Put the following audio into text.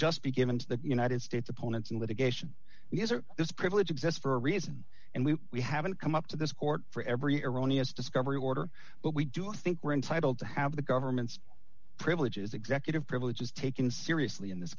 just be given to the united states opponents in litigation because or this privilege exists for a reason and we we haven't come up to this court for every iranian's discovery order but we do think we're entitled to have the government's privileges executive privilege is taken seriously in this